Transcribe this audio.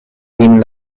lin